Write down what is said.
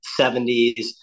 70s